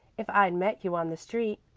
if i'd met you on the street.